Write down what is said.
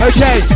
Okay